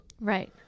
Right